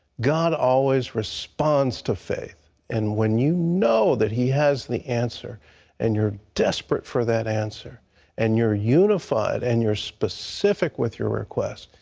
god always responds to faith. and when you know that he has the answer and you're desperate for that answer and you're unified and your specific with your request,